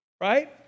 Right